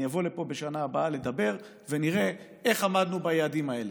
אני אבוא לפה בשנה הבאה לדבר ונראה איך עמדנו ביעדים האלה,